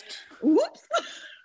Whoops